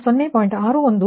3846 V1 1